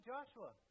Joshua